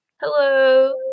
Hello